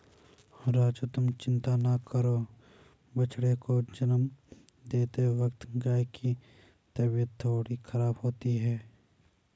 राजू तुम चिंता ना करो बछड़े को जन्म देते वक्त गाय की तबीयत थोड़ी खराब होती ही है